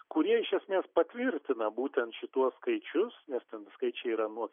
kurie iš esmės patvirtina būtent šituos skaičius nes ten skaičiai yra nuo